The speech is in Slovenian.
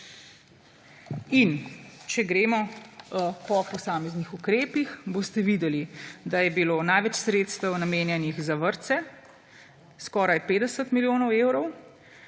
Če gremo po posameznih ukrepih, boste videli, da je bilo največ sredstev namenjenih za vrtce, skoraj 50 milijonov evrov,